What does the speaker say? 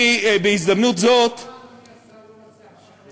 אז למה אדוני השר לא מצליח לשכנע